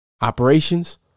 Operations